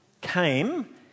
came